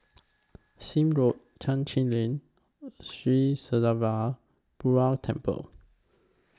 Sime Road Chai Chee Lane Sri Srinivasa Perumal Temple